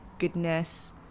goodness